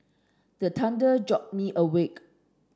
the thunder jolt me awake